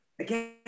again